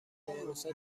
اقیانوسها